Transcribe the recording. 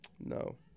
no